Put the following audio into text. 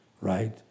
Right